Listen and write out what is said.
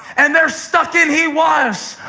and they're stuck in he was.